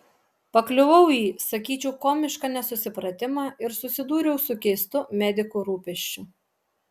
pakliuvau į sakyčiau komišką nesusipratimą ir susidūriau su keistu medikų rūpesčiu